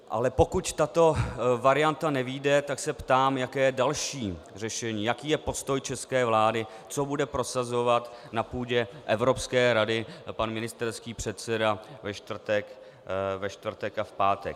Ale pokud tato varianta nevyjde, tak se ptám, jaké další řešení, jaký je postoj české vlády, co bude prosazovat na půdě Evropské rady pan ministerský předseda ve čtvrtek a v pátek.